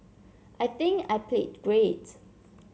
I think I played great